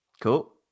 Cool